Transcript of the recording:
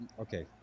Okay